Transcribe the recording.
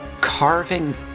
carving